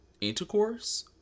intercourse